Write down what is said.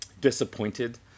disappointed